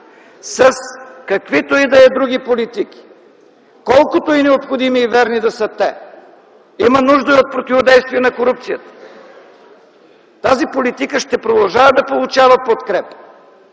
с каквито и да е други политики, колкото и необходими и верни да са те. Има нужда и от противодействие на корупцията. Тази политика ще продължава да получава подкрепа,